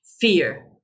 fear